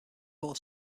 four